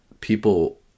people